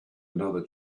another